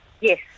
Yes